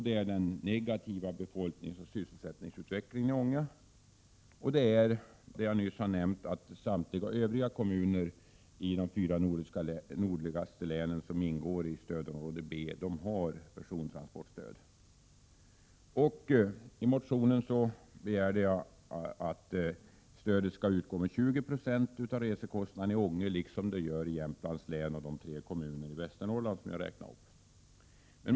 Den negativa befolkningsoch sysselsättningsutvecklingen i Ånge kommun. I motionen begär jag att stödet skall utgå med 20 26 av resekostnaderna i Ånge kommun liksom det gör i Jämtlands län och i de tre kommuner i Västernorrlands län som jag räknade upp.